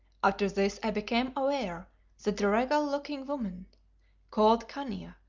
after this i became aware that the regal-looking woman called khania,